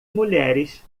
mulheres